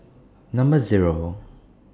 Number Zero